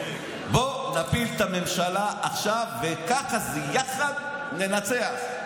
בואו נפיל את הממשלה עכשיו, וככה זה יחד ננצח.